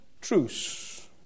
truce